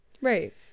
right